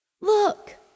Look